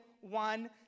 one